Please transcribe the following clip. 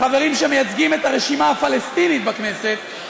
החברים שמייצגים את הרשימה הפלסטינית בכנסת,